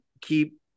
keep